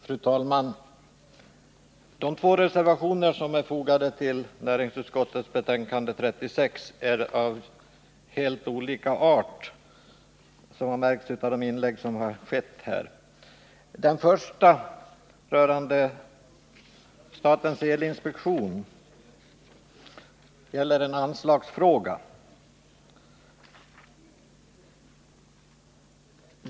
Fru talman! De två reservationer som är fogade till näringsutskottets betänkande nr 36 är av helt olika art, vilket har märkts av de inlägg som gjorts. Den första reservationen avser statens elinspektion och den gäller en anslagsfråga.